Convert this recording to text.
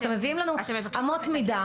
אתם מביאים לנו אמות מידה.